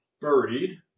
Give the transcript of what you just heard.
buried